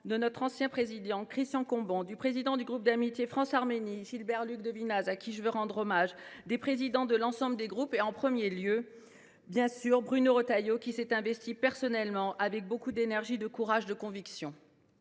de notre commission, Christian Cambon, du président du groupe d’amitié France Arménie, Gilbert Luc Devinaz, à qui je veux rendre hommage, des présidents de l’ensemble des groupes, au premier rang desquels, bien sûr, figure Bruno Retailleau, qui s’est investi personnellement, avec beaucoup d’énergie, de courage et de conviction.